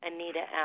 Anita